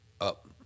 up